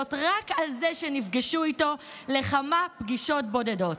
וזאת רק על זה שנפגשו איתו לכמה פגישות בודדות.